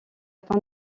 fin